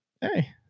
hey